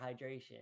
hydration